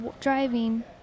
driving